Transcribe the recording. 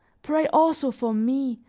pray also for me,